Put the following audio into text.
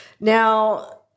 Now